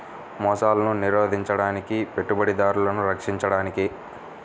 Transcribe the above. మోసాలను నిరోధించడానికి, పెట్టుబడిదారులను రక్షించడానికి